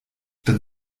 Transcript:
dann